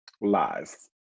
lies